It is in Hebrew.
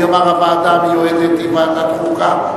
אני אומר: הוועדה המיועדת היא ועדת החוקה,